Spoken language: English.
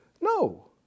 No